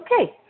Okay